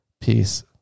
Peace